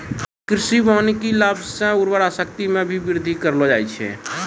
कृषि वानिकी लाभ से उर्वरा शक्ति मे भी बृद्धि करलो जाय छै